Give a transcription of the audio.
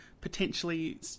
potentially